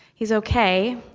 he's okay,